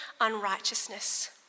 unrighteousness